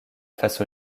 face